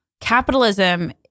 capitalism